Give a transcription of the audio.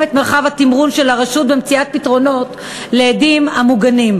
את מרחב התמרון של הרשות במציאת פתרונות לעדים המוגנים.